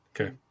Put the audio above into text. Okay